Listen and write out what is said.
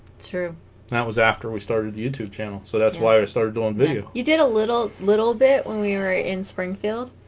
true that was after we started the youtube channel so that's why i started doing video you did a little little bit when we were in springfield